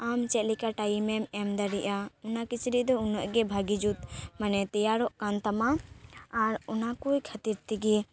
ᱟᱢ ᱪᱮᱫ ᱞᱮᱠᱟ ᱴᱟᱭᱤᱢᱮᱢ ᱮᱢ ᱫᱟᱲᱮᱭᱟᱜᱼᱟ ᱚᱱᱟ ᱠᱤᱪᱨᱤᱡ ᱫᱚ ᱩᱱᱟᱹᱜ ᱜᱮ ᱵᱷᱟᱜᱮ ᱡᱩᱛ ᱢᱟᱱᱮ ᱛᱮᱭᱟᱨᱚᱜ ᱠᱟᱱ ᱛᱟᱢᱟ ᱟᱨ ᱚᱱᱟᱠᱚ ᱠᱷᱟᱹᱛᱤᱨ ᱛᱮᱜᱮ